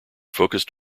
focused